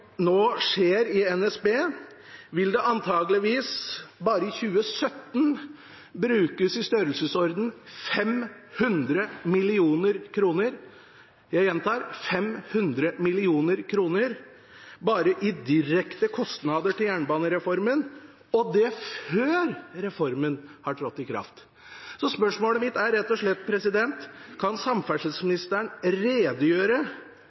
nå skjer i NSB, vil det antakeligvis bare i 2017 brukes i størrelsesorden 500 mill. kr – jeg gjentar: 500 mill. kr – bare i direkte kostnader til jernbanereformen, og det før reformen har trådt i kraft. Så spørsmålet mitt er rett og slett: Kan samferdselsministeren redegjøre